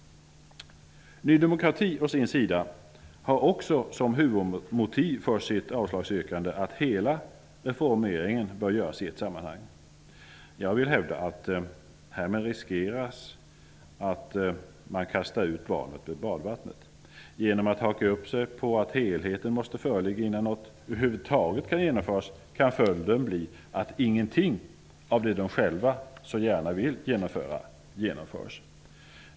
Ny demokrati å sin sida har också som huvudmotiv för sitt avslagsyrkande att hela reformeringen bör göras i ett sammanhang. Jag vill hävda att man härmed riskerar att kasta ut barnet med badvattnet. Genom att haka upp sig på att helheten måste föreligga innan något över huvud taget kan genomföras kan följden bli att ingenting genomförs av det de själva så gärna vill genomföra.